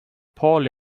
poorly